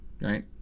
right